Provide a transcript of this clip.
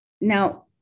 Now